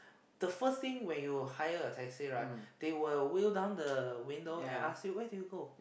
the first thing when you hire a taxi right they will wail down the window and ask you where do you go